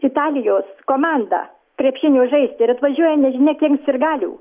italijos komanda krepšinio žaisti ir atvažiuoja nežinia kiek sirgalių